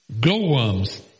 glowworms